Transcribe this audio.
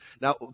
Now